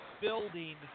building